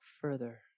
further